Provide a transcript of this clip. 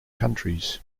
countries